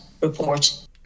report